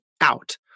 out